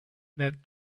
that